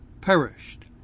perished